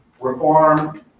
reform